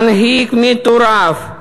מנהיג מטורף,